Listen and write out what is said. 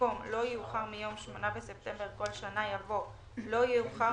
במקום "לא יאוחר מיום 8 בספטמבר בכל שנה" יבוא "לא יאוחר